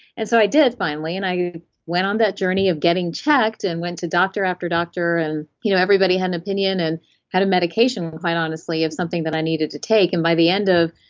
and so i did finally and i went on that journey of getting checked, and went to doctor after doctor. and you know everybody had an opinion and had a medication quite honestly, of something that i needed to take. and by the end of,